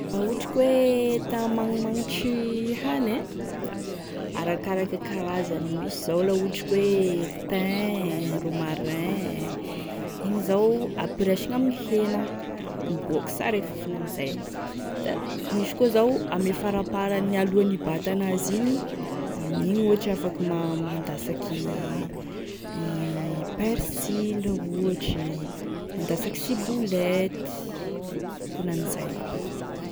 La ohatry ka hoe ta hamanimanitra hany e da arakaraky e karazane, misy zao la ohatry ka hoe thym, romarin, igny zao ampiraisigny amin'ny hena miboaky sara e fofona amzay, da misy koa zao ame faraparany alohan'ny hibata an'azy izy amin'igny ohatry afaky ma- mandasaky i persil ohatry, mandasaky ciboulette, akonan'izay.